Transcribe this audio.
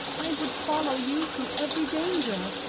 i would follow you through every danger,